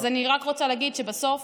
אז אני רק רוצה להגיד שבסוף